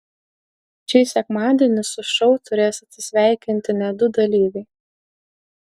šį sekmadienį su šou turės atsisveikinti net du dalyviai